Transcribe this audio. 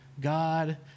God